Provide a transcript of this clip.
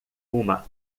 uma